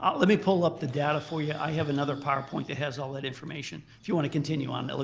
um let me pull up the data for you. i have another powerpoint that has all that information. if you want to continue on, and